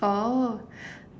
oh